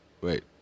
Wait